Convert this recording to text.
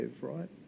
right